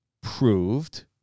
proved